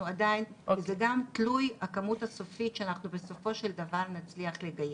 זה גם תלוי בכמות הסופית שאנחנו בסופו של דבר נצליח לגייס,